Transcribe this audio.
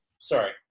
Sorry